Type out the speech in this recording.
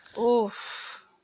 Oof